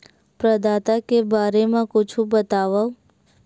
प्रदाता के बारे मा कुछु बतावव?